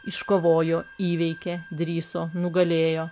iškovojo įveikė drįso nugalėjo